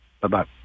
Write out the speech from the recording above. Bye-bye